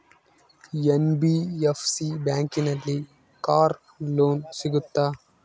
NBFC ಬ್ಯಾಂಕಿನಲ್ಲಿ car loan ಸಿಗುತ್ತಾ?